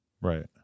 Right